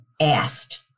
asked